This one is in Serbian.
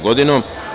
GODINU.